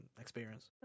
experience